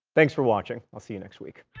thanks for watching. i'll see next week.